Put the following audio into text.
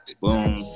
Boom